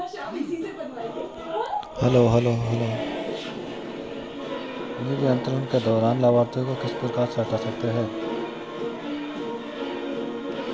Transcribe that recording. निधि अंतरण के दौरान लाभार्थी को किस प्रकार से हटा सकते हैं?